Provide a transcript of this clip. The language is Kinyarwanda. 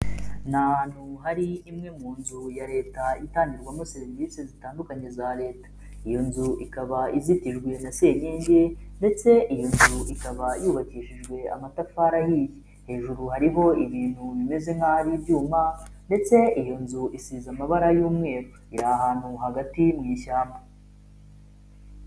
Ni ahantu hari imwe mu nzu ya leta itangirwamo serivisi zitandukanye za leta. Iyo nzu ikaba iziteguye na senkenge, ndetse iyi nzu ikaba yubakishijwe amatafari ahiye, hejuru hariho ibintu bimeze nk'aho ari ibyuma, ndetse iyo nzu isize amabara y'umweru, iri ahantu hagati mu ishyamba.